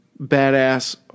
badass